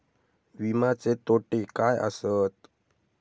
विमाचे तोटे काय आसत?